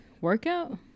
workout